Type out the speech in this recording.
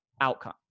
outcome